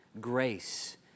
grace